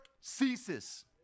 ceases